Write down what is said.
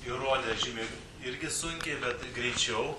įrodė žymiai irgi sunkiai bet greičiau